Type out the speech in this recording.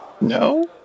no